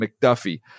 McDuffie